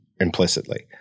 implicitly